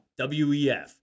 WEF